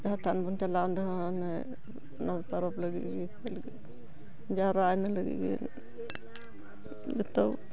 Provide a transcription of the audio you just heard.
ᱡᱟᱦᱮᱨ ᱛᱷᱟᱱ ᱵᱚᱱ ᱪᱟᱞᱟᱜᱼᱟ ᱚᱸᱰᱮ ᱦᱚᱸ ᱚᱱᱮ ᱯᱚᱨᱚᱵᱽ ᱞᱟᱹᱜᱤᱫ ᱜᱮ ᱪᱮᱫ ᱞᱟᱹᱜᱤᱫ ᱡᱟᱣᱨᱟᱜᱼᱟ ᱤᱱᱟᱹ ᱞᱟᱹᱜᱤᱫ ᱜᱮ ᱡᱚᱛᱚ